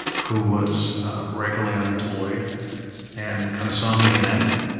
who was regularly unemployed and kind of saw me as an enemy.